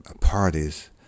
parties